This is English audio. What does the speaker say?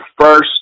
first